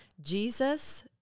Jesus